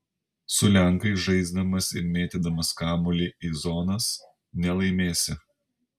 su lenkais žaisdamas ir mėtydamas kamuolį į zonas nelaimėsi